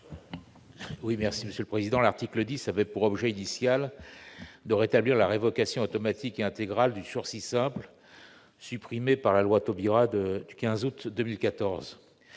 l'amendement n° 10. Cet article avait pour objet initial de rétablir la révocation automatique et intégrale du sursis simple, supprimée par la loi Taubira du 15 août 2014.